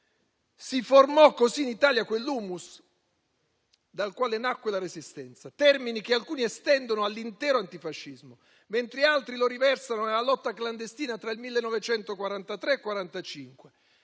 Si formò così in Italia quell'*humus* dal quale nacque la Resistenza, termine che alcuni estendono all'intero antifascismo, mentre altri lo riversano nella lotta clandestina tra il 1943 e il 1945.